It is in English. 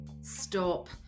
Stop